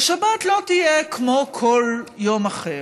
ושבת לא תהיה כמו כל יום אחר,